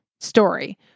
story